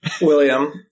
William